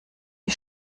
die